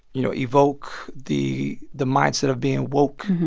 you know, evoke the the mindset of being woke.